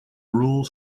rules